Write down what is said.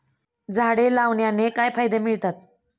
झाडे लावण्याने काय फायदे मिळतात?